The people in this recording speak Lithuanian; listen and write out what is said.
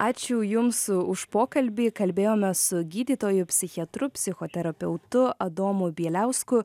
ačiū jums už pokalbį kalbėjome su gydytoju psichiatru psichoterapeutu adomu bieliausku